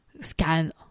scan